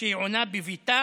שהיא עונה בביתה,